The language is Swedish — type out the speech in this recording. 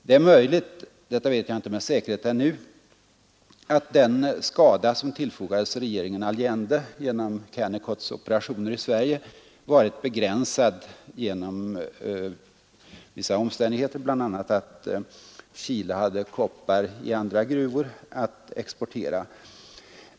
Det är möjligt — detta vet jag inte med säkerhet ännu — att den skada som tillfogades regeringen Allende genom Kennecotts operationer i Sverige varit begränsad, bl.a. genom att Chile kunde exportera koppar från andra gruvor.